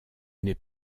n’est